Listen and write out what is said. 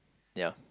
ya